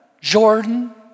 Jordan